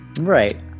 right